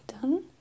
done